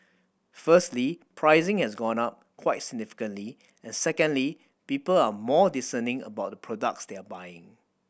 firstly pricing has gone up quite significantly and secondly people are more discerning about the product they are buying